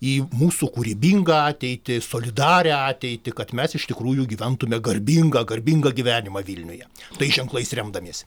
į mūsų kūrybingą ateitį solidarią ateitį kad mes iš tikrųjų gyventume garbingą garbingą gyvenimą vilniuje tais ženklais remdamiesi